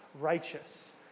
righteous